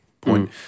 point